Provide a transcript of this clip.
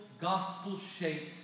gospel-shaped